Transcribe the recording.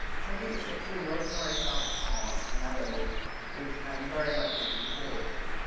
saguy is actually working right now on another book which i'm very much looking forward to.